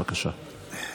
בבקשה.